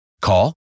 Call